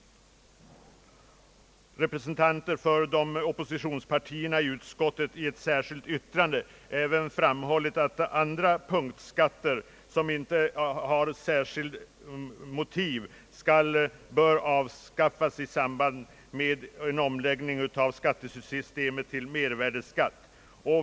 Vidare har jag och andra representanter för oppositionspartierna i ett särskilt yttrande till utskottsutlåtandet framhållit att andra punktskatter, som inte har särskilt motiv, bör avskaffas i samband med omläggning av skattesystemet till mervärdeskatt.